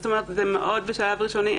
זה מאוד בשלב ראשוני.